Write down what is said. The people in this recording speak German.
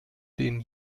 den